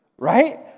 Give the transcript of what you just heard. Right